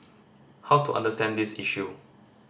how to understand this issue